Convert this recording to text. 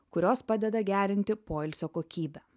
kurios padeda gerinti poilsio kokybę